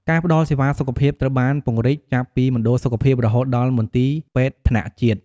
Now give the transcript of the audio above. ការផ្តល់សេវាសុខភាពត្រូវបានពង្រីកចាប់ពីមណ្ឌលសុខភាពរហូតដល់មន្ទីរពេទ្យថ្នាក់ជាតិ។